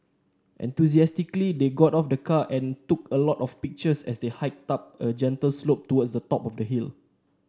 enthusiastically they got out of the car and took a lot of pictures as they hiked up a gentle slope towards the top of the hill